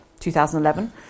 2011